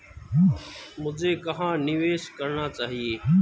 मुझे कहां निवेश करना चाहिए?